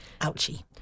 Ouchie